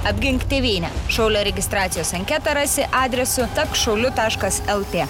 apgink tėvynę šaulio registracijos anketą rasi adresu tapk šauliu taškas lt